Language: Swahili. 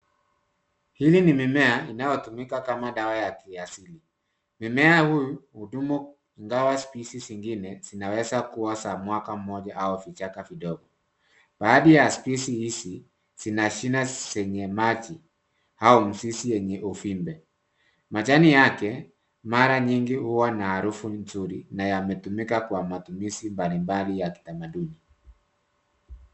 Hili ni mimea inayotumika kama dawa ya kiasili. Mimea huyu hudumu ingawa species zingine zinaweza kuwa za mwaka mmoja au vijaka vidogo. Baadhi ya species hizi zina shina zenye maji au mizizi yenye uvimbe. Majani yake mara nyingi huwa na harufu nzuri na yametumika kwa matumizi mbalimbali ya kitamaduni.